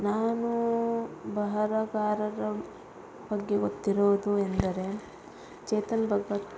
ನಾನು ಬರಹಗಾರರ ಬಗ್ಗೆ ಗೊತ್ತಿರುವುದು ಎಂದರೆ ಚೇತನ್ ಭಗತ್